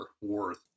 worth